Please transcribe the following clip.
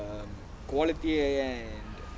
err quality and